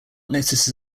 notices